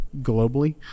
globally